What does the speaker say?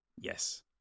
Yes